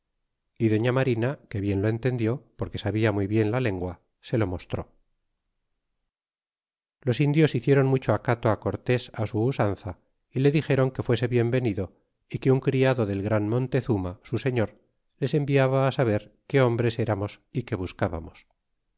y doña marina que bien lo entendió porque sabia muy bien la lengua se lo mostró y los indios hicieron mucho acato cortés su usanza y le dixéron que fuese bien venido é que un criado del gran montezuma su señor les enviaba á saber qué hombres eramos é qué buscábamos